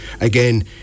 again